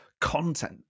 content